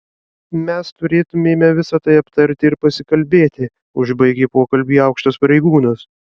mes turėtumėme visa tai aptarti ir pasikalbėti užbaigė pokalbį aukštas pareigūnas